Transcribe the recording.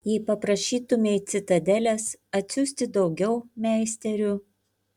jei paprašytumei citadelės atsiųsti daugiau meisterių